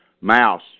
mouse